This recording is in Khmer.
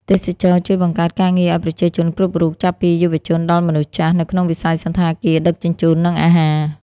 ទេសចរណ៍ជួយបង្កើតការងារឲ្យប្រជាជនគ្រប់រូប ចាប់ពីយុវជនដល់មនុស្សចាស់ នៅក្នុងវិស័យសណ្ឋាគារ ដឹកជញ្ជូន និងអាហារ។